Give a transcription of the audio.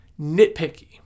nitpicky